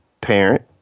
parent